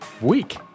week